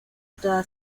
toda